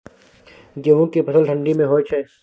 गेहूं के फसल ठंडी मे होय छै?